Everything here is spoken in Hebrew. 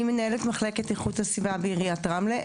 אני מנהלת מחלקת איכות הסביבה בעיריית רמלה,